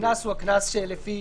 הקנס הוא הקנס שלפי